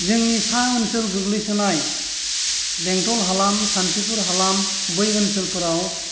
जोंनि साहा ओनसोल गोग्लैसोनाय बेंटल हालाम सान्तिपुर हालाम बै ओनसोलफोराव